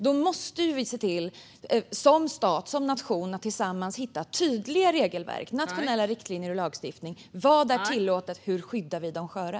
Då måste vi se till - som stat, som nation - att tillsammans hitta tydliga regelverk, nationella riktlinjer och lagstiftning: Vad är tillåtet, och hur skyddar vi de sköra?